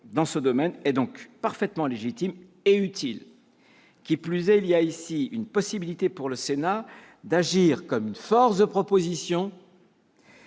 dans ce domaine est donc parfaitement légitime et utile. Qui plus est, il y a ici une possibilité pour le Sénat d'agir comme force de proposition